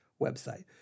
website